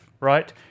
right